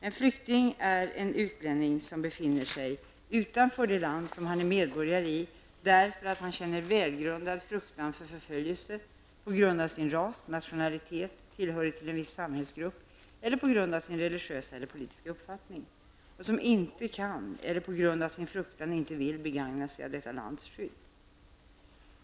En flykting är en utlänning som befinner sig utanför det land som han är medborgare i, därför att han känner välgrundad fruktan för förföljelse på grund av sin ras, nationalitet, tillhörighet till en viss samhällsgrupp eller på grund av sin religiösa eller politiska uppfattning, och som inte kan, eller på grund av sin fruktan inte vill, begagna sig av detta lands skydd.